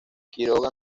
quiroga